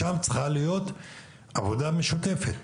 שם צריכה להיות עבודה משותפת.